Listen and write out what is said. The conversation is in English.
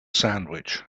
sandwich